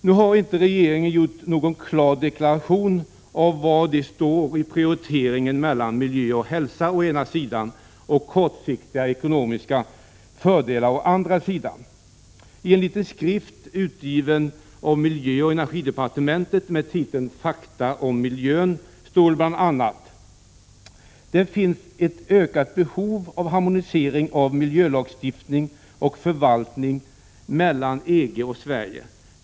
Nu har regeringen inte gjort någon klar deklaration av var den står i prioriteringen mellan miljö och hälsa å ena sidan och kortsiktiga ekonomiska fördelar å andra sidan. Ienliten skrift utgiven av miljöoch energidepartementet med titeln Fakta om miljön står det bl.a.: Det finns ett ökat behov av harmonisering av miljölagstiftning och förvaltning mellan EG och Sverige.